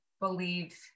believe